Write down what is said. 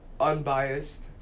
Unbiased